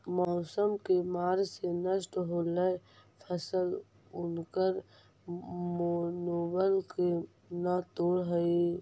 मौसम के मार से नष्ट होयल फसल उनकर मनोबल के न तोड़ हई